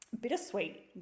bittersweet